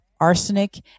arsenic